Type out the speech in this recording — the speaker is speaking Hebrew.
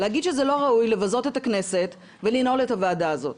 להגיד שזה לא ראוי לבזות את הכנסת ולנעול את הישיבה הזאת,